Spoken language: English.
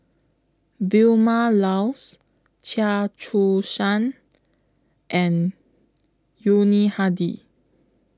Vilma Laus Chia Choo Suan and Yuni Hadi